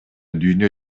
дүйнө